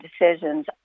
decisions